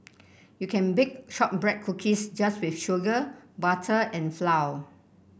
you can bake shortbread cookies just with sugar butter and flour